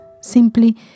simply